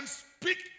speak